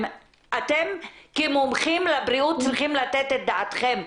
אתם כמומחים לבריאות צריכים לתת את דעתכם,